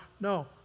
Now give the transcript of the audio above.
no